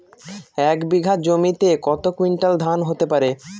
এক বিঘা জমিতে কত কুইন্টাল ধান হতে পারে?